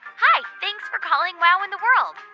hi. thanks for calling wow in the world.